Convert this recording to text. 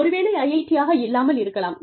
ஒருவேளை IIT யாக இல்லாமல் இருக்கலாம்